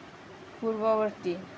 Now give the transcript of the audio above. পূৰ্ববৰ্তী